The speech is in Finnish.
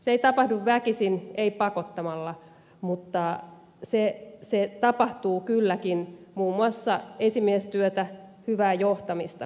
se ei tapahdu väkisin ei pakottamalla mutta se tapahtuu kylläkin muun muassa esimiestyötä hyvää johtamista kehittämällä